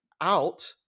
out